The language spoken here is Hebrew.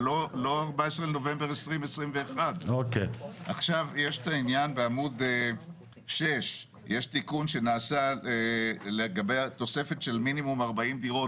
אבל לא 14 בנובמבר 2021. יש את העניין בעמוד 6. יש תיקון שנעשה לגבי התוספת של מינימום 40 דירות.